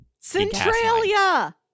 Centralia